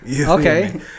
Okay